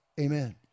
amen